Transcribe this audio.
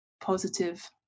positive